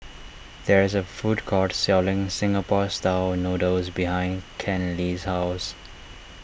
there is a food court selling Singapore Style Noodles behind Kenley's house